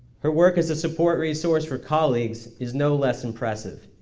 her work as a support resource for colleagues is no less impressive.